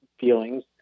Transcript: feelings